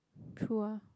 true ah